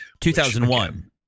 2001